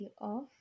off